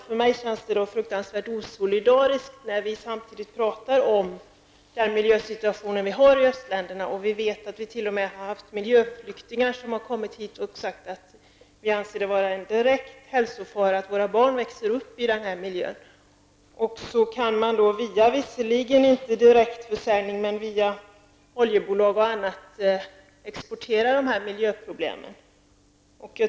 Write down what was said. För mig känns det fruktansvärt osolidariskt när vi samtidigt talar om den miljösituation som finns i östländerna. Miljöflyktingar har t.o.m. kommit hit och sagt att det är en direkt hälsofara för deras barn att växa upp i den här miljön. Även om inte direktförsäljning sker, kan man via oljebolag exportera dessa miljöproblem.